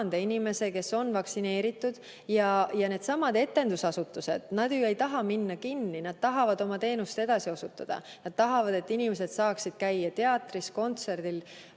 inimese, kes on vaktsineeritud. Needsamad etendusasutused ju ei taha minna kinni, nad tahavad oma teenust edasi osutada, nad tahavad, et inimesed saaksid käia teatris, kontserdil